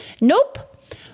Nope